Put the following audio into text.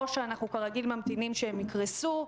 או שאנחנו כרגיל ממתינים שהם יקרסו,